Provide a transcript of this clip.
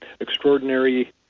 extraordinary